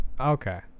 Okay